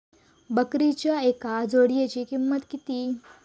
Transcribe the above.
बकरीच्या एका जोडयेची किंमत किती?